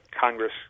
Congress